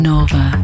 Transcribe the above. Nova